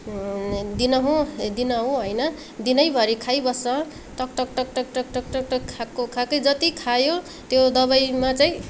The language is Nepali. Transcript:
दिनहुँ दिनहुँ होइन दिनैभरी खाइबस्छ टकटकटकटकटकटक खाएको खाएकै जति खायो त्यो दवाईमा चाहिँ